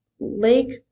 Lake